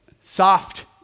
soft